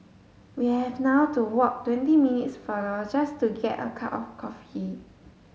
we have now to walk twenty minutes farther just to get a cup of coffee